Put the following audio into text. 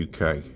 UK